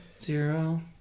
zero